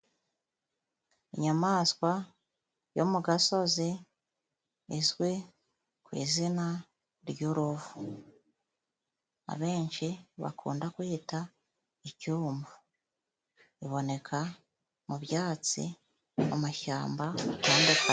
Inyamaswa yo mu gasozi izwi ku izina ry'uruvu, abenshi bakunda kuyita icyuma, iboneka mu byatsi amashyamba.